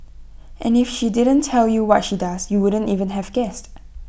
and if she didn't tell you what she does you wouldn't even have guessed